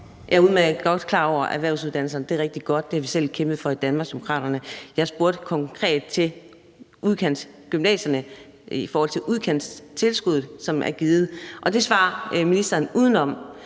Jeg er udmærket godt klar over det med erhvervsuddannelserne, og det er rigtig godt; og det har vi selv kæmpet for i Danmarksdemokraterne. Jeg spurgte konkret til udkantsgymnasierne og i forhold til udkantstilskuddet, som er givet, og der svarer ministeren udenom.